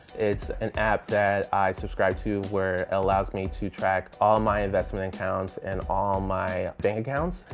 it's an app that i subscribe to, where it allows me to track all my investment accounts and all my bank accounts.